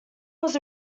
was